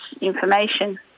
information